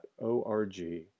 O-R-G